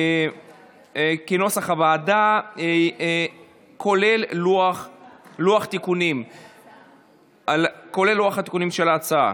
כנוסח הוועדה, כולל לוח התיקונים של ההצעה.